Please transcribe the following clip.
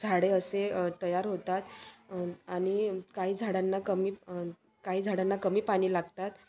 झाडे असे तयार होतात आणि काही झाडांना कमी काही झाडांना कमी पाणी लागतात